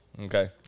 Okay